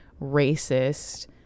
racist